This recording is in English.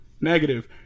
Negative